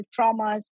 traumas